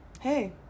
hey